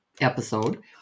episode